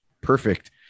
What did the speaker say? Perfect